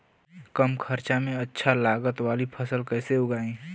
कम खर्चा में अच्छा लागत वाली फसल कैसे उगाई?